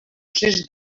sis